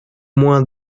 moins